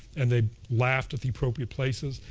and they laughed at the appropriate places.